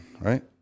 right